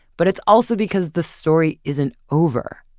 but it's also because the story isn't over.